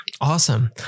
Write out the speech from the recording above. Awesome